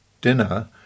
dinner